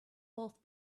both